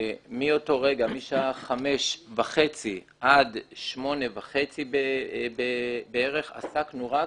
מאותו רגע, משעה 17:30 עד 20:30 בערך עסקנו רק